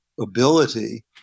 ability